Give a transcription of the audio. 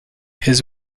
his